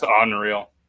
unreal